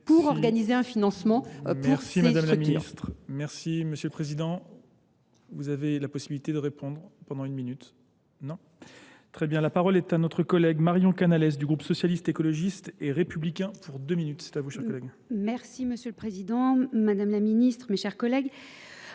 pour organiser un financement pour ces structures. Merci madame la ministre, merci merci monsieur le Président. Vous avez la possibilité de répondre pendant une minute, non ? Très bien. La parole est à notre collègue Marion Canales du groupe socialiste écologiste et républicain pour deux minutes. C'est à vous cher collègue. Merci monsieur le Président, Madame la Ministre, mes chers collègues.